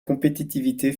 compétitivité